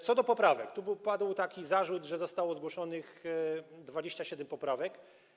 Co do poprawek, to padł tu taki zarzut, że zostało zgłoszonych 27 poprawek.